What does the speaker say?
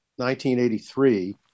1983